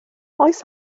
oes